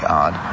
odd